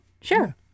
Sure